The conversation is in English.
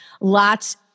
lots